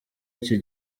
iki